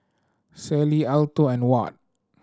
Sally Alto and Watt